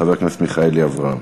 חבר הכנסת מיכאלי אברהם.